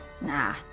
Nah